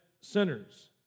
sinners